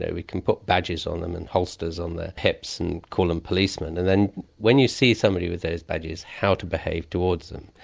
we can put badges on them and holsters on their hips and call them policemen. and then when you see somebody with those badges, how to behave towards them.